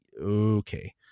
okay